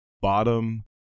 bottom